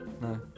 No